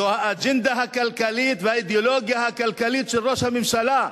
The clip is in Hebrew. זו האג'נדה הכלכלית והאידיאולוגיה הכלכלית של ראש הממשלה,